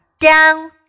down